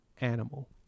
animal